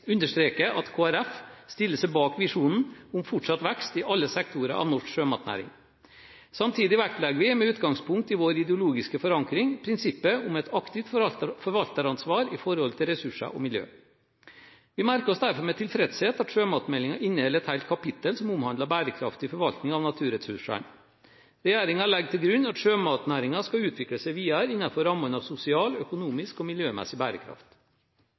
understreke at Kristelig Folkeparti stiller seg bak visjonen om fortsatt vekst i alle sektorer av norsk sjømatnæring. Samtidig vektlegger vi, med utgangspunkt i vår ideologiske forankring, prinsippet om et aktivt forvalteransvar når det gjelder ressurser og miljø. Vi merker oss derfor med tilfredshet at sjømatmeldingen inneholder et helt kapittel om bærekraftig forvaltning av naturressursene. Regjeringen legger til grunn at sjømatnæringen skal utvikle seg videre innenfor rammen av sosial, økonomisk og miljømessig bærekraft.